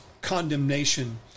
condemnation